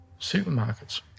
supermarkets